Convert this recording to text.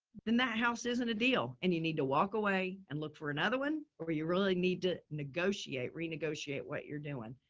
then that house isn't a deal and you need to walk away and look for another one or where you really need to negotiate, renegotiate what you're doing.